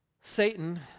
Satan